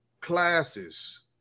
classes